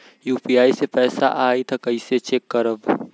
UPI से पैसा आई त कइसे चेक करब?